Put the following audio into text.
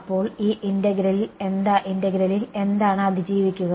അപ്പോൾ ഈ ഇന്റെഗ്രേലിൽ എന്താണ് അതിജീവിക്കുക